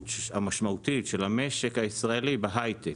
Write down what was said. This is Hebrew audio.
המשמעותית של המשק הישראלי בהייטק.